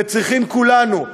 וצריכים כולנו יחד,